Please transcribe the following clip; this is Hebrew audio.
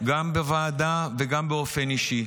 גם בוועדה וגם באופן אישי.